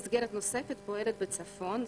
מסגרת נוספת פועלת בצפון,